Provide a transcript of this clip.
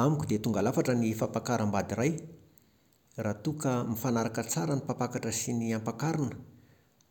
Amiko dia tonga lafatra ny fampakarambady iray raha toa ka mifanaraka tsara ny mpampakatra sy ny ampakarina